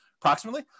Approximately